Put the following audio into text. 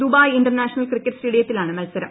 Dubai international cricket സ്റ്റേഡിയത്തിലാണ് മത്സരം